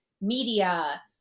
media